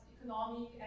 economic